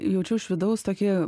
jaučiu iš vidaus tokį